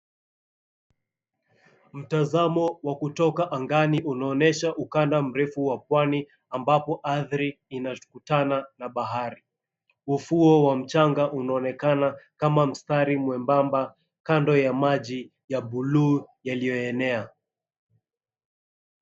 Mtazamo wa kutoka angani unaonesha ukanda mrefu wa Pwani ambapo ardhi inakutana na bahari, ufuo wa mchanga unaonekana kama mstari mwebamba kando ya maji ya blu yaliyoenea.